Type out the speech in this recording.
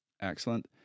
Excellent